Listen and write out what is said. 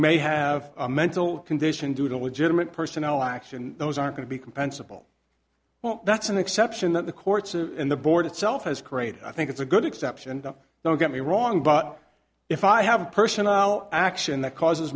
may have a mental condition due to a legitimate personal action those are going to be compensable well that's an exception that the courts and the board itself has created i think it's a good exception don't get me wrong but if i have personnel action that causes